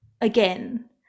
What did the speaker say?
again